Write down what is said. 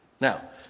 Now